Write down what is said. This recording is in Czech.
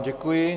Děkuji.